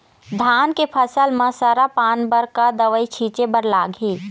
धान के फसल म सरा पान बर का दवई छीचे बर लागिही?